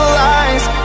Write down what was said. lies